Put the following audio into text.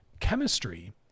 Chemistry